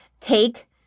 take